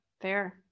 fair